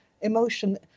emotion